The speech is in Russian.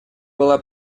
была